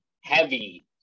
heavy